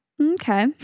Okay